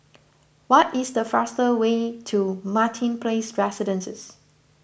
what is the fastest way to Martin Place Residences